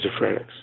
schizophrenics